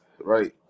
right